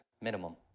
minimum